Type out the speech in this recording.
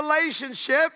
relationship